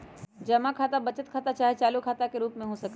जमा खता बचत खता चाहे चालू खता के रूप में हो सकइ छै